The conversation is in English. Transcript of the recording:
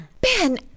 Ben